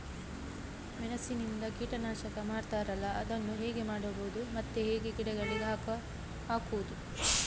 ಮೆಣಸಿನಿಂದ ಕೀಟನಾಶಕ ಮಾಡ್ತಾರಲ್ಲ, ಅದನ್ನು ಹೇಗೆ ಮಾಡಬಹುದು ಮತ್ತೆ ಹೇಗೆ ಗಿಡಗಳಿಗೆ ಹಾಕುವುದು?